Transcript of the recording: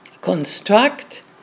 construct